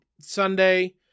Sunday